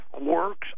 works